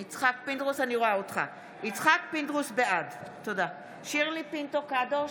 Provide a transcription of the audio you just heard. פינדרוס, בעד שירלי פינטו קדוש,